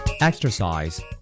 Exercise